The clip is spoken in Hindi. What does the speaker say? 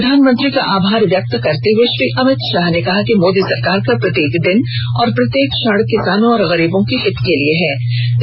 प्रधानमंत्री का आभार व्यक्त करते हुए श्री अमित शाह ने कहा कि मोदी सरकार का प्रत्येक दिन और प्रत्येक क्षण किसानों और गरीबों के हित के लिये समर्पित है